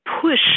push